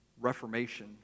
reformation